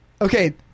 Okay